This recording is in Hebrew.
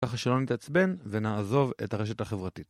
ככה שלא נתעצבן ונעזוב את הרשת החברתית.